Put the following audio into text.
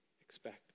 expect